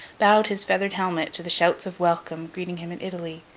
bowed his feathered helmet to the shouts of welcome greeting him in italy,